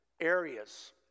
areas